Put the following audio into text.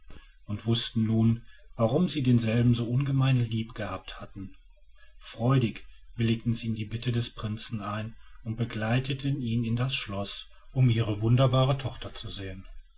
und wußten nun warum sie denselben so ungemein liebgehabt hatten freudig willigten sie in die bitte des prinzen ein und begleiteten ihn in das schloß um ihre wunderbare tochter zu sehen